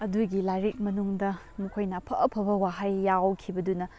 ꯑꯗꯨꯒꯤ ꯂꯥꯏꯔꯤꯛ ꯃꯅꯨꯡꯗ ꯃꯈꯣꯏꯅ ꯑꯐ ꯑꯐꯕ ꯋꯥ ꯩ ꯌꯥꯎꯈꯤꯕꯗꯨꯅ